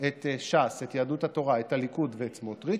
את ש"ס, את יהדות התורה, את הליכוד ואת סמוטריץ'.